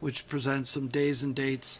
which presents some days and dates